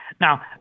Now